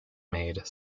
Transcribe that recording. made